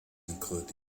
include